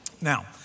Now